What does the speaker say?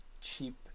cheap